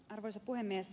arvoisa puhemies